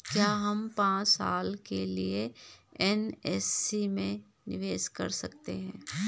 क्या हम पांच साल के लिए एन.एस.सी में निवेश कर सकते हैं?